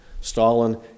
Stalin